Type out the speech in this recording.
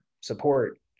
support